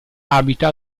abita